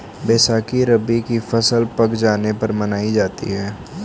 बैसाखी रबी की फ़सल पक जाने पर मनायी जाती है